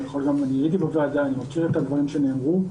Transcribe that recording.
אני הייתי בוועדה ואני מכיר את הדברים שנאמרו.